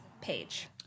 page